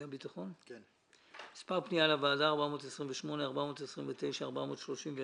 פניות מספר 428, 429, 431,